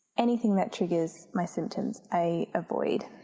anything that triggers my symptoms i avoid.